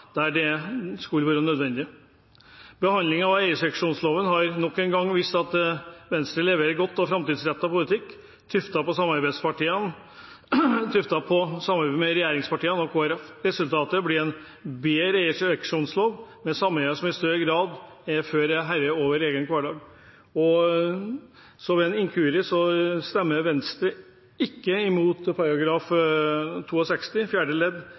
der det skulle være nødvendig. Behandlingen av eierseksjonsloven har nok en gang vist at Venstre leverer god og framtidsrettet politikk, tuftet på samarbeid med regjeringspartiene og Kristelig Folkeparti. Resultatet blir en bedre eierseksjonslov, med sameier som i større grad enn før blir herre over egen hverdag. Ved en inkurie ser det ut som om Venstre skal stemme imot § 62 nytt fjerde ledd.